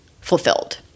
fulfilled